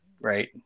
right